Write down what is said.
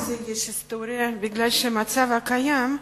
לחוק זה יש היסטוריה בגלל המצב הקיים,